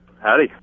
Howdy